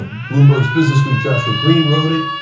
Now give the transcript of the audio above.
bloomberg businessweek's josh green wrote it,